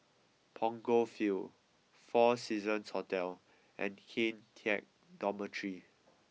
Punggol Field Four Seasons Hotel and Kian Teck Dormitory